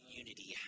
unity